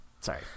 sorry